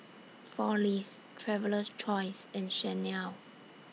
four Leaves Traveler's Choice and Chanel